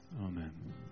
Amen